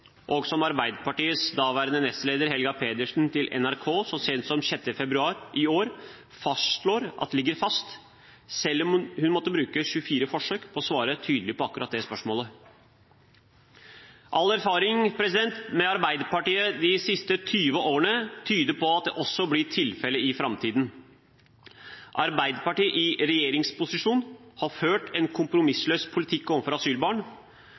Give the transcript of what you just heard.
og som Arbeiderpartiets daværende nestleder, Helga Pedersen, til NRK så sent som 6. februar i år fastslår at ligger fast, selv om hun måtte bruke 24 forsøk på å svare tydelig på akkurat det spørsmålet. All erfaring med Arbeiderpartiet de siste 20 årene tyder på at det også blir tilfellet i framtiden. Arbeiderpartiet i regjeringsposisjon har ført en kompromissløs politikk overfor asylbarn.